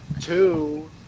two